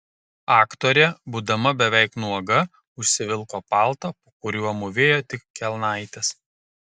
aktorė būdama beveik nuoga užsivilko paltą po kuriuo mūvėjo tik kelnaites